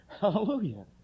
Hallelujah